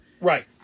Right